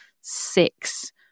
six